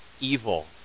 evil